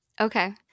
Okay